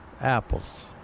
apples